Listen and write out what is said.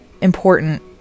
important